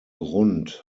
grund